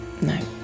No